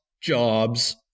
jobs